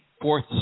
fourth